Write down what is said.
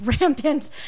rampant